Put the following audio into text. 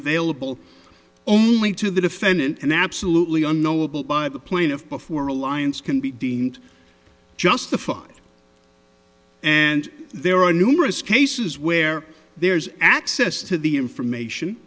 available only to the defendant and absolutely unknowable by the plaintiff before alliance can be deemed justified and there are numerous cases where there's access to the information